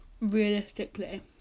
realistically